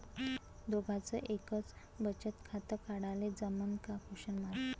दोघाच एकच बचत खातं काढाले जमनं का?